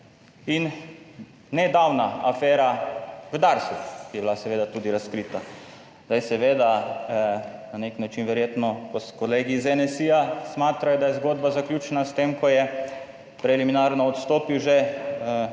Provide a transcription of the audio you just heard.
in nedavna afera v Darsu, ki je bila seveda tudi razkrita. Seveda na nek način verjetno s kolegi iz NSi smatrajo, da je zgodba zaključena s tem, ko je preliminarno odstopil že torej